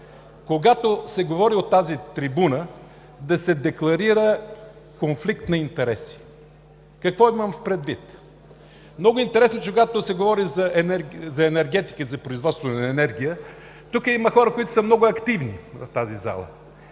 когато се говори от тази трибуна, да се декларира конфликт на интереси. Какво имам предвид? Много интересно е, че когато се говори за производството на енергия, тук има хора, които са много активни. Когато